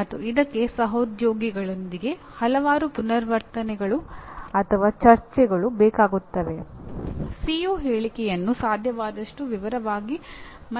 ಆದ್ದರಿಂದ ಉನ್ನತ ಶಿಕ್ಷಣ ಮಟ್ಟದಲ್ಲಿ ತಾತ್ವಿಕ ಪ್ರಶ್ನೆಗಳು ಕಡಿಮೆ ಪ್ರಾಮುಖ್ಯತೆಯನ್ನು ಪಡೆದಿವೆ